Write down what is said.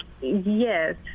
Yes